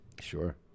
Sure